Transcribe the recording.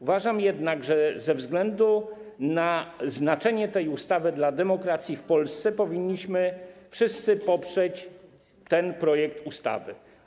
Uważam jednak, że ze względu na znaczenie tej ustawy dla demokracji w Polsce powinniśmy wszyscy poprzeć ten projekt ustawy.